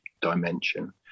dimension